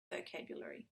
vocabulary